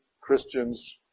Christians